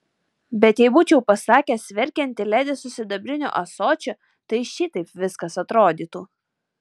bet jei būčiau pasakęs verkianti ledi su sidabriniu ąsočiu tai šitaip viskas atrodytų